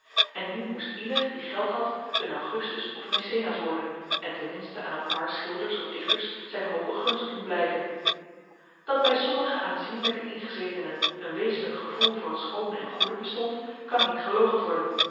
en nu moest ieder die geld had een augustus of mecenas worden en ten minste aan een paar schilders of dichters zijn hooge gunst doen blijken dat bij sommige aanzienlijke ingezetenen een wezenlijk gevoel voor het schoone en goede bestond kan niet geloochend worden